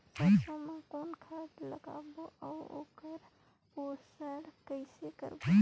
सरसो मा कौन खाद लगाबो अउ ओकर पोषण कइसे करबो?